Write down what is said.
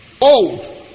old